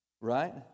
Right